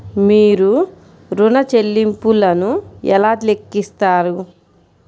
మీరు ఋణ ల్లింపులను ఎలా లెక్కిస్తారు?